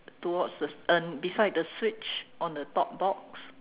towards the uh beside the switch on the top box